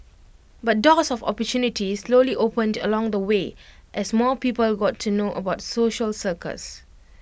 but doors of opportunity slowly opened along the way as more people got to know about social circus